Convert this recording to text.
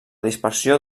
dispersió